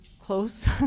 close